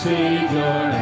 Savior